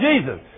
Jesus